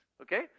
Okay